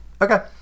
Okay